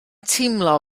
teimlo